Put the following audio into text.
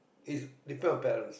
is depend on parents